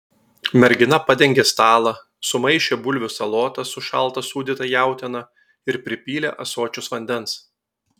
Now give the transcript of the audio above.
mergina padengė stalą sumaišė bulvių salotas su šalta sūdyta jautiena ir pripylė ąsočius vandens